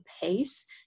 pace